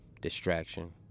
Distraction